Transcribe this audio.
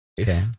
Okay